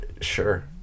sure